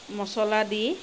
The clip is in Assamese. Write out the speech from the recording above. মছলা দি